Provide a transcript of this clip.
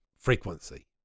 frequency